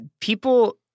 People